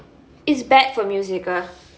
is bad for music ah